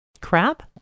crap